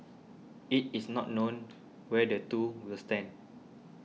it is not known where the two will stand